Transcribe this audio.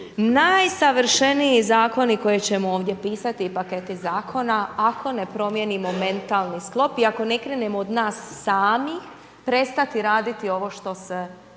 najsavršeniji zakoni koje ćemo ovdje pisati i paketi zakona ako ne promijenimo mentalni sklop i ako ne krenemo od nas samih prestati raditi ovo što se